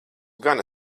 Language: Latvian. gana